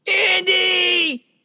Andy